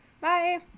bye